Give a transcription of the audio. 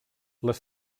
les